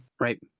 right